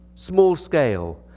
small scale,